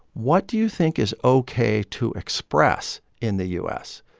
what do you think is ok to express in the u s?